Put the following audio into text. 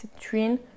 Citrine